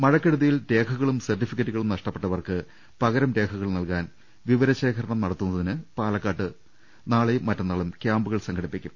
മഴക്കെടുതിയിൽ രേഖകളും സർട്ടിഫിക്കറ്റുകളും നഷ്ടപ്പെട്ടവർക്ക് പകരം രേഖകൾ നൽകാൻ വിവര ശേഖരണം നടത്തു ന്നതിന് പാലക്കാട് ജില്ലയിൽ നാളെയും മറ്റന്നാളും ക്യാമ്പുകൾ സംഘടിപ്പിക്കും